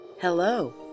Hello